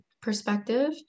perspective